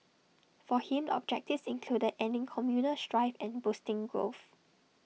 for him the objectives included ending communal strife and boosting growth